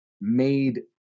made